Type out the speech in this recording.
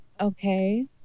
okay